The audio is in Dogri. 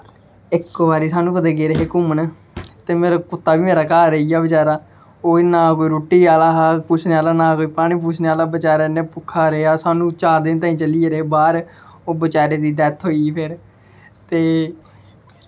इक बारी सानूं कुदै गेदे हे घूमन ते मेरा कुत्ता बी मेरे घर रेहिया बचैरा ओह् ना कोई रुट्टी आह्ला हा पुच्छने आह्ला ना कोई पानी पुच्छने आह्ला बचैरा इ'यां भुक्खा दा रेहा सानूं चार दिन ताहीं चली गेदे हे बाह्र ओह् बचैरे दी डेथ होई फिर ते